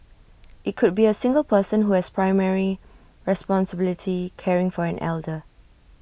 IT could be A single person who has primary responsibility caring for an elder